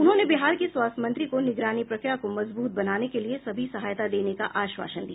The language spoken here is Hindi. उन्होंने बिहार के स्वास्थ्य मंत्री को निगरानी प्रक्रिया को मजबूत बनाने के लिए सभी सहायता देने का आश्वासन दिया